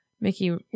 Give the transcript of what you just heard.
Mickey